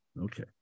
Okay